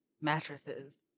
Mattresses